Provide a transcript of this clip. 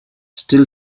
still